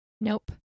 Nope